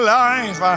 life